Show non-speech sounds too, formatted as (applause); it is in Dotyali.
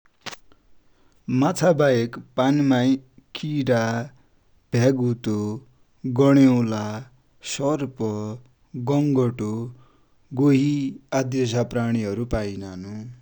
माछा बाहेक पानिमाइ किरा, भ्यागुतो, गडेउला, सर्प, गङगटो, गोहि, आदि जसा प्राणि हरु पाईनानु। (noise)